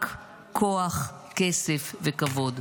רק כוח, כסף וכבוד.